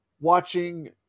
Watching